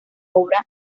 obra